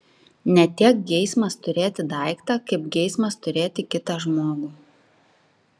ne tiek geismas turėti daiktą kaip geismas turėti kitą žmogų